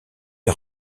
est